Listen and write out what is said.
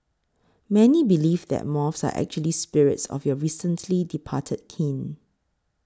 many believe that moths are actually spirits of your recently departed kin